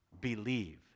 believe